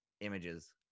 images